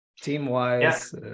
team-wise